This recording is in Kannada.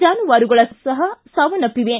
ಜಾನುವಾರುಗಳು ಸಹ ಸಾವನ್ಯಪ್ಪಿವೆ